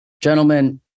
gentlemen